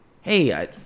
Hey